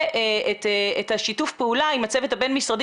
ואת השיתוף פעולה עם הצוות הבין משרדי